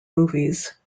movies